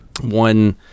one